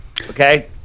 Okay